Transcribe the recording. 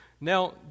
Now